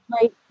right